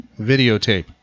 Videotape